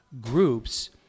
groups